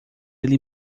ele